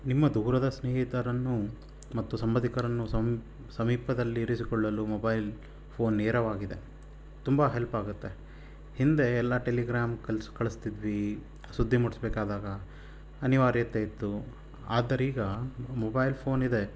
ನಿಮ್ಮ ದೂರದ ಸ್ನೇಹಿತರನ್ನು ಮತ್ತು ಸಂಬಂಧಿಕರನ್ನು ಸಂ ಸಮೀಪದಲ್ಲಿರಿಸಿಕೊಳ್ಳಲು ಮೊಬೈಲ್ ಫೋನ್ ನೇರವಾಗಿದೆ ತುಂಬ ಹೆಲ್ಪ್ ಆಗುತ್ತೆ ಹಿಂದೆ ಎಲ್ಲ ಟೆಲಿಗ್ರಾಂ ಕಳ್ಸಿ ಕಳಿಸ್ತಿದ್ವಿ ಸುದ್ದಿ ಮುಟ್ಟಿಸ್ಬೇಕಾದಾಗ ಅನಿವಾರ್ಯತೆ ಇತ್ತು ಆದರೀಗ ಮೊಬೈಲ್ ಫೋನ್ ಇದೆ